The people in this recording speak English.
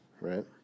right